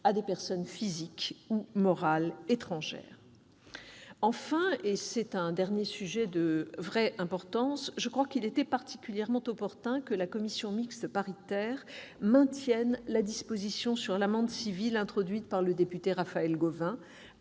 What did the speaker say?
à des personnes physiques ou morales étrangères. Enfin- dernier sujet d'importance -, il était selon moi particulièrement opportun que la commission mixte paritaire maintienne la disposition sur l'amende civile introduite par le député Raphaël Gauvain,